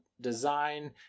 design